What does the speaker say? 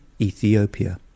Ethiopia